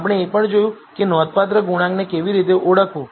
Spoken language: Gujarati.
આપણે એ પણ જોયું કે નોંધપાત્ર ગુણાંકને કેવી રીતે ઓળખવું